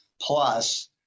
plus